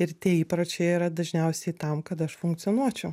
ir tie įpročiai yra dažniausiai tam kad aš funkcionuočiau